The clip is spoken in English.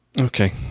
Okay